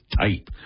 type